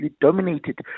dominated